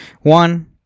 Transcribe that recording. One